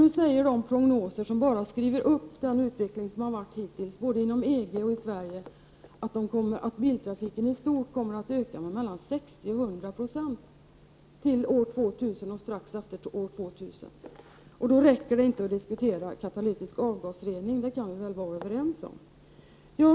Vi ser av de prognoser som bara skriver upp den utveckling som varit hittills, både inom EG och i Sverige, att biltrafiken i stort kommer att öka med mellan 60 och 100 96 fram till år 2000 och strax därefter. Då räcker det inte att diskutera katalytisk avgasrening. Det kan vi väl vara överens om.